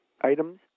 items